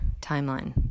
timeline